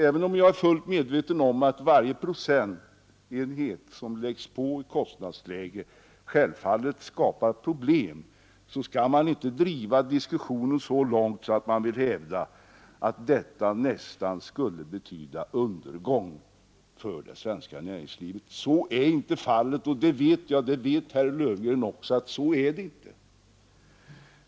Även om jag är fullt medveten om att varje procent som läggs på i ett visst kostnadsläge skapar problem anser jag att man inte skall driva diskussionen så långt att man hävdar att detta nästan skulle betyda undergång för det svenska näringslivet. Så är inte fallet — det vet jag och det vet herr Löfgren också.